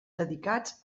dedicats